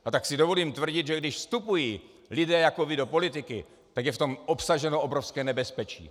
A tak si dovolím tvrdit, že když vstupují lidé jako vy do politiky, tak je v tom obsaženo obrovské nebezpečí.